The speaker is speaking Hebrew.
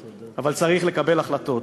אבל צריך לקבל החלטות.